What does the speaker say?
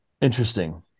Interesting